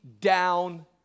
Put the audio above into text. down